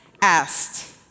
asked